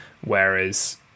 Whereas